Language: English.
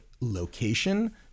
location